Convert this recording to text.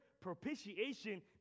propitiation